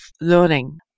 learning